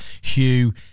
Hugh